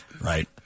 Right